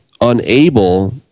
unable